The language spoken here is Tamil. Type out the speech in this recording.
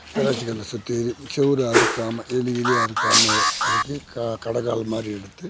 பெராச்சு கல்லை சுத்தீரும் செவரு அறுக்காமல் எலி கிலி அறுக்காமல் அதுக்கு க கடகால் மாதிரி எடுத்து